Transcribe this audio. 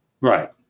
Right